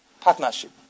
Partnership